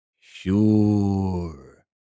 sure